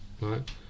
right